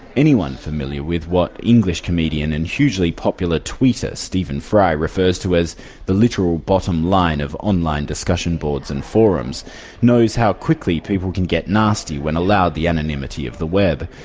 anyone familiar with what english comedian and hugely popular tweeter stephen fry refers to as the literal bottom line of online discussion boards and forums knows how quickly people can get nasty when allowed the anonymity of the web.